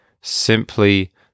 Simply